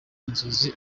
inzozi